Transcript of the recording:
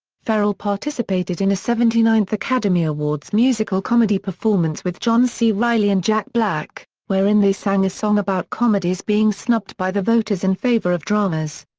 ferrell participated in a seventy ninth academy awards musical-comedy performance with john c. reilly and jack black, wherein they sang a song about comedies being snubbed by the voters in favor of dramas.